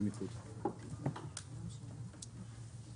(היו"ר שלום דנינו, 09:33)